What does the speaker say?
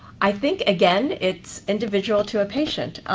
i think, again, it's individual to a patient.